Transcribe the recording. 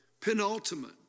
Penultimate